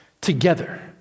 together